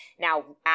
Now